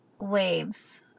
waves